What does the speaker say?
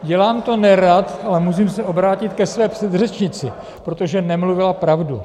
Dělám to nerad, ale musím se obrátit ke své předřečnici, protože nemluvila pravdu.